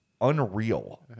unreal